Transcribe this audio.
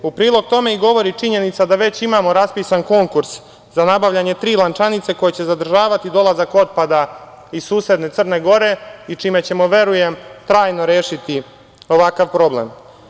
U prilog tome govori činjenica da već imamo raspisan konkurs za nabavljanje tri lančanice koje će zadržavati dolazak otpada iz susedne Crne Gore i čime ćemo, verujem, trajno rešiti ovakva problem.